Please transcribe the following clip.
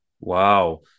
Wow